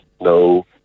no